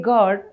God